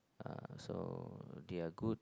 ah so they are good